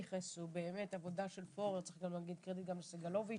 כל הכנסת הקודמת עסקתי יחד עם הלובי